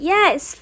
Yes